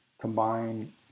combine